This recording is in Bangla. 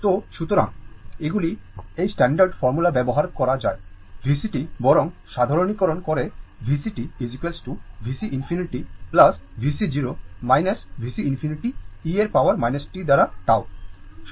তো সুতরাং এগুলি এই স্ট্যান্ডার্ড ফর্মুলা ব্যবহার করে যা VCt বরং সাধারণীকরণ করে VCtVC ∞ VC 0 VC ∞ e এর পাওয়ার t দ্বারা tau